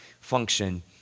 function